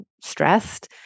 stressed